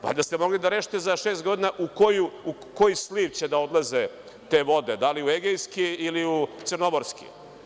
Valjda ste mogli da rešite za šest godina u koji sliv će da odlaze te vode, da li u Egejski ili u Crnomorski.